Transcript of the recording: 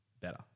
better